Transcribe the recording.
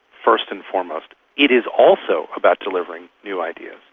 first and foremost. it is also about delivering new ideas,